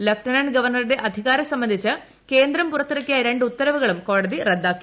lieutenant ഗവർണറുടെ അധികാരം സംബന്ധിച്ച് കേന്ദ്രം പുറത്തിറക്കിയ രണ്ട് ഉത്തരവുകളും കോടതി റദ്ദാക്കി